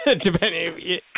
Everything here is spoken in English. depending